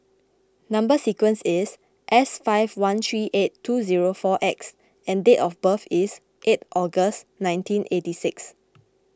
Number Sequence is S five one three eight two zero four X and date of birth is eight August nineteen eighty six